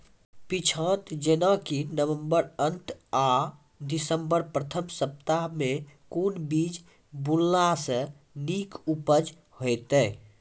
पीछात जेनाकि नवम्बर अंत आ दिसम्बर प्रथम सप्ताह मे कून बीज बुनलास नीक उपज हेते?